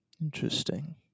Interesting